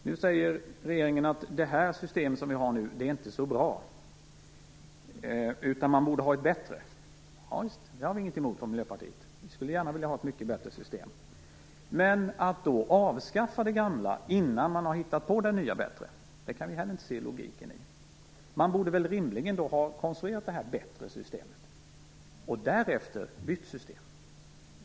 Nu säger regeringen att det system vi har inte är så bra. Man borde ha ett bättre. Javisst, det har vi inget emot från Miljöpartiets sida. Vi skulle gärna vilja ha ett mycket bättre system. Men att avskaffa det gamla systemet innan man har hittat på det nya och bättre kan vi heller inte se logiken i. Man borde rimligen ha konstruerat det bättre systemet och därefter bytt system.